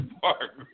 Park